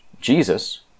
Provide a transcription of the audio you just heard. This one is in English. Jesus